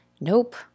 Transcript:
nope